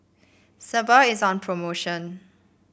Sebamed is on promotion